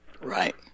Right